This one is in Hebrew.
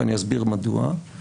ואני אסביר מדוע,